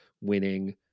Winning